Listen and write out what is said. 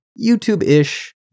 YouTube-ish